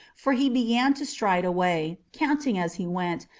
for he began to stride away, counting as he went,